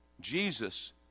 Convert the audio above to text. Jesus